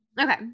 Okay